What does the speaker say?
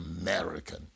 American